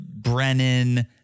Brennan